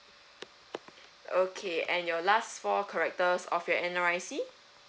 okay and your last four characters of your N_R_I_C